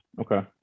Okay